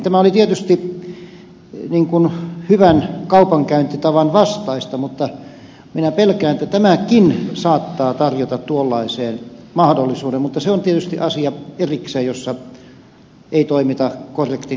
tämä oli tietysti hyvän kaupankäyntitavan vastaista mutta minä pelkään että tämäkin saattaa tarjota tuollaiseen mahdollisuuden mutta se on tietysti asia erikseen jos ei toimita korrektin kaupankäyntitavan mukaan